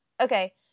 Okay